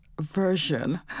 version